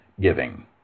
giving